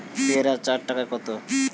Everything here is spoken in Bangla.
পেয়ারা চার টায় কত?